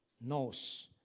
knows